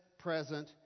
present